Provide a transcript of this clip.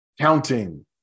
counting